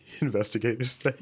Investigators